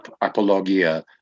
Apologia